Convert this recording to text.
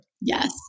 yes